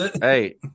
Hey